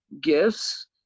gifts